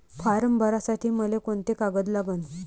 Form भरासाठी मले कोंते कागद लागन?